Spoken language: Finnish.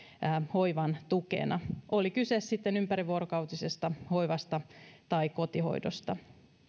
hoivan tukena oli kyse sitten ympärivuorokautisesta hoidosta tai kotihoidosta